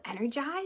energized